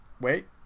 wait